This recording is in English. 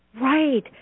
Right